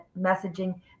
messaging